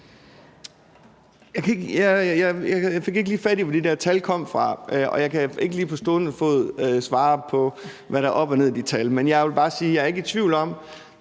Jeg fik ikke lige fat i, hvor de der tal kom fra, og jeg kan ikke lige på stående fod svare på, hvad der er op og ned i de tal, men jeg vil bare sige, at jeg ikke er i tvivl om,